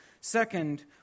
Second